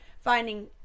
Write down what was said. finding